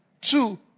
Two